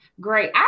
Great